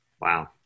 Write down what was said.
wow